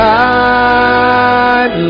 time